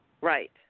Right